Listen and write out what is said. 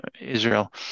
Israel